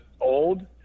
old